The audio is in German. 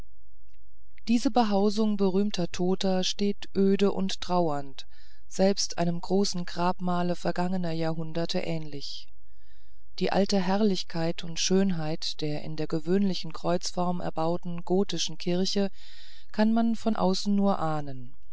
diese behausung berühmter toter steht öde und trauernd selbst einem großen grabmale vergangener jahrhunderte ähnlich die alte herrlichkeit und schönheit der in der gewöhnlichen kreuzform erbauten gotischen kirche kann man von außen nur ahnen